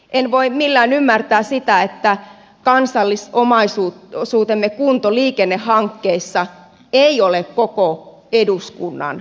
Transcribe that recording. en voi millään ymmärtää sitä että liikennehankkeissa kansallisomaisuutemme kunto ei ole koko eduskunnan asia